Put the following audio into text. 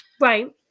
Right